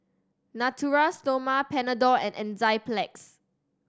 Natura Stoma Panadol and Enzyplex